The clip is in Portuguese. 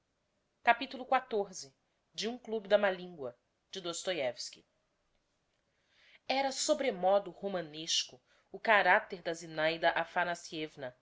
feição da scena xiv era sobremodo romanesco o caracter da zinaida aphanassievna